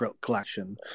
collection